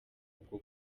ubwo